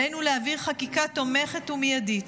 עלינו להעביר חקיקה תומכת ומיידית.